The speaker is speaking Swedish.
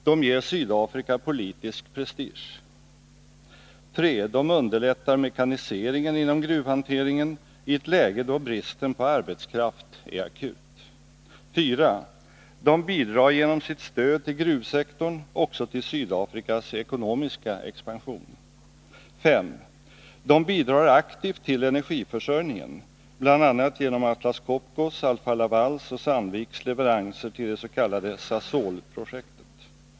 De ger Sydafrika politisk prestige. 3. De underlättar mekaniseringen inom gruvhanteringen i ett läge då bristen på arbetskraft är akut. 4. De bidrar genom sitt stöd till gruvsektorn också till Sydafrikas ekonomiska expansion. 5. De bidrar aktivt till energiförsörjningen, bl.a. genom Atlas Copcos, Alfa-Lavals och Sandviks leveranser till det s.k. SASOL-projektet.